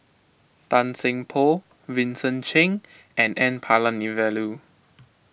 Tan Seng Poh Vincent Cheng and N Palanivelu